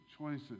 choices